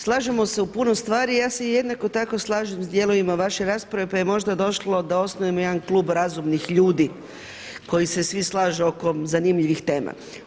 Slažemo se u puno stvari, ja se jednako tako slažem s dijelovima vaše rasprave pa je možda došlo da osnujemo jedan klub razumnih ljudi koji se svi slažu oko zanimljivih tema.